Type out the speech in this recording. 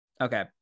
Okay